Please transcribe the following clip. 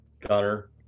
Connor